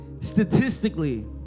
statistically